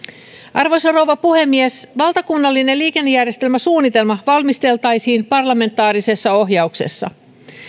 arvoisa rouva puhemies valtakunnallinen liikennejärjestelmäsuunnitelma valmisteltaisiin parlamentaarisessa ohjauksessa